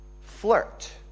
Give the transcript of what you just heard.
flirt